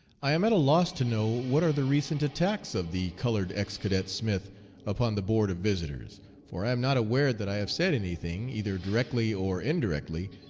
i am at a loss to know what are the recent attacks of the colored ex-cadet smith upon the board of visitors for i am not aware that i have said any thing, either directly or indirectly,